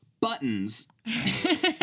buttons